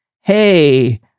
hey